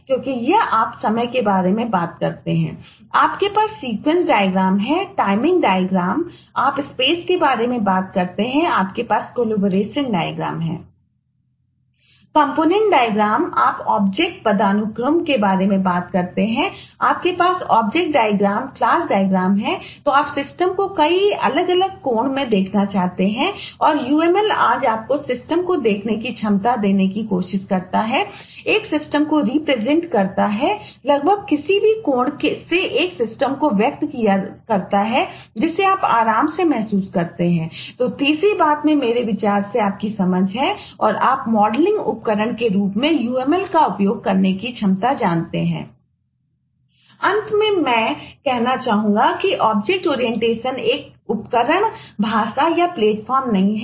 component diagram नहीं है